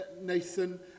Nathan